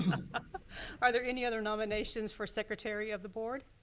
ah are there any other nominations for secretary of the board?